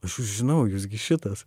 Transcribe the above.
aš jus žinau jūs gi šitas